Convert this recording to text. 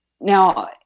Now